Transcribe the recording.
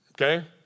okay